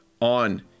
on